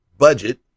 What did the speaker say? Budget